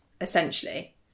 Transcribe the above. essentially